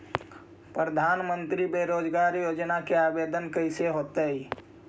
प्रधानमंत्री बेरोजगार योजना के आवेदन कैसे होतै?